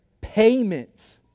payment